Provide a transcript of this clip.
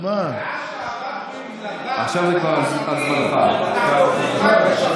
מאז שעברתם, אנחנו עובדים רק בשחור.